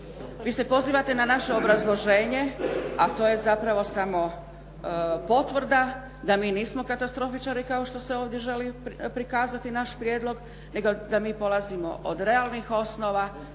Vi se pozivate na naše obrazloženje, a to je zapravo samo potvrda da mi nismo katastrofičari kao što se ovdje želi prikazati naš prijedlog, nego da mi polazimo od realnih osnova,